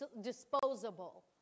disposable